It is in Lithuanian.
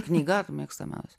knyga mėgstamiausia